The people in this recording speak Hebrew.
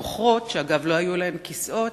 המוכרות, שאגב לא היו להן כיסאות,